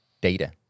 data